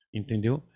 entendeu